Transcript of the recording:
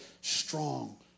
strong